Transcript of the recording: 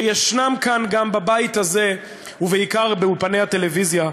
שיש כאן, גם בבית הזה, ובעיקר באולפני הטלוויזיה,